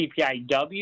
CPIW